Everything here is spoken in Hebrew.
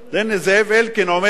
הנה, זאב אלקין עומד פה,